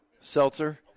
seltzer